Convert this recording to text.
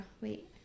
wait